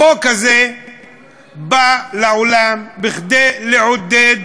החוק הזה בא לעולם כדי לעודד